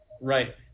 Right